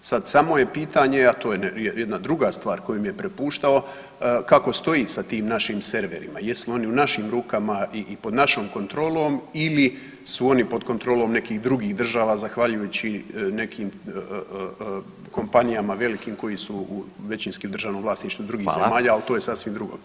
Sad, samo je pitanje, a to je jedna druga stvar koju mi je prepuštao, kako stoji sa tim našim serverima, jesu li oni u našim rukama i pod našom kontrolom ili su oni pod kontrolom nekih drugih država zahvaljujući nekim kompanijama velikim koje su u većinskim državnom vlasništvu drugih zemalja [[Upadica: Hvala.]] ali to je sasvim drugo pitanje.